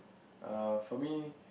uh for me